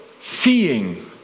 seeing